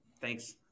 Thanks